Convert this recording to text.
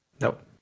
Nope